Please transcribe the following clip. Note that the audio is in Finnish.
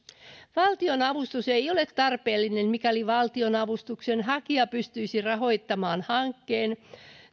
valtionavustus ei ole tarpeellinen mikäli valtionavustuksen hakija pystyisi rahoittamaan hankkeen